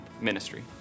ministry